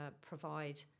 provide